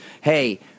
hey